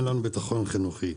אין לנו ביטחון חינוכי,